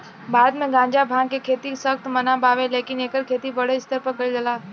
भारत मे गांजा, भांग के खेती सख्त मना बावे लेकिन एकर खेती बड़ स्तर पर कइल जाता